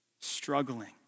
struggling